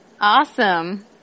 Awesome